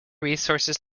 resources